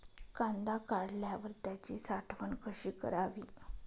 कांदा काढल्यावर त्याची साठवण कशी करावी?